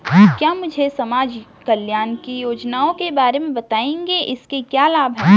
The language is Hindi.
क्या मुझे समाज कल्याण की योजनाओं के बारे में बताएँगे इसके क्या लाभ हैं?